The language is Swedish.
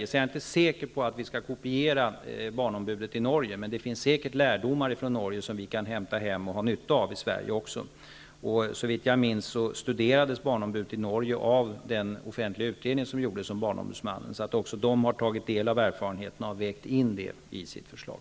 Jag är därför inte säker på att vi skall kopiera barnombudet i Norge, men det finns säkert lärdomar i Norge som vi kan hämta hem och ha nytta av också i Sverige. Såvitt jag minns studerades barnombudet i Norge av den offentliga utredning som gjordes om inrättandet av en barnombudsman, så även i utredningen har man tagit del av erfarenheterna och vägt in det i sitt förslag.